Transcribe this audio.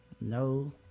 No